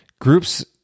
groups